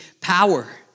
power